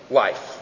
life